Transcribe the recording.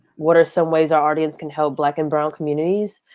what are some ways our audience can help black and brown communities?